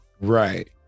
Right